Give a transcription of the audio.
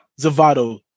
Zavato